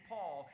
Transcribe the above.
Paul